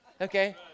Okay